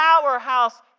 powerhouse